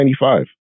1995